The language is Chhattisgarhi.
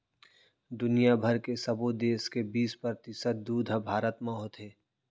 दुनिया भर के सबो देस के बीस परतिसत दूद ह भारत म होथे